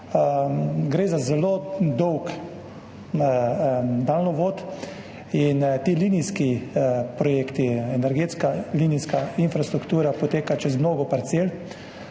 Gre za zelo dolg daljnovod in ti linijski projekti, energetska linijska infrastruktura poteka čez mnogo parcel.